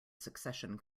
succession